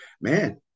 man